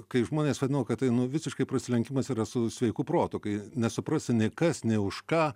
kai žmonės vadino kad tai nu visiškai prasilenkimas yra su sveiku protu kai nesuprasi nei kas nei už ką